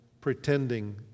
pretending